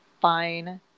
Fine